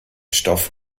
stoff